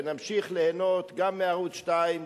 ונמשיך ליהנות גם מערוץ-2,